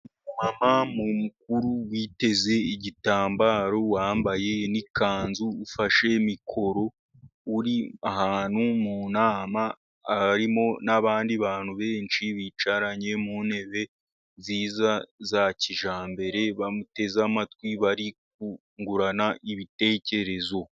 Umama mukuru witeze igitambaro, wambaye n'ikanzu, ufashe mikoro, uri ahantu mu nama, harimo n'abandi bantu benshi, bicaranye mu ntebe nziza za kijyambere, bamuteze amatwi, bari kungurana ibitekerezo.